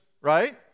right